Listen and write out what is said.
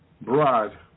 broad